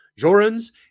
Jorans